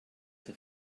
der